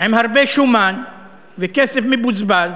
עם הרבה שומן וכסף מבוזבז